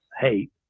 hate